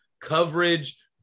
coverage